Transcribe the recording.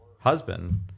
husband